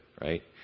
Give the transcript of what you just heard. right